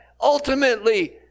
ultimately